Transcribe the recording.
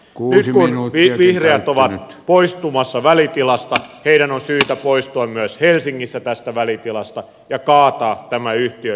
nyt kun vihreät ovat poistumassa välitilasta heidän on syytä poistua myös helsingissä tästä välitilasta ja kaataa tämä yhtiöittäminen